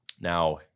Now